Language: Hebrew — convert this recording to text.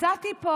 מצאתי פה,